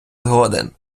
згоден